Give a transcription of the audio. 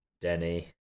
Denny